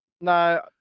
No